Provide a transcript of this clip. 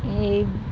এই